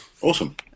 Awesome